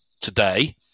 today